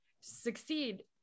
succeed